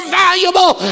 valuable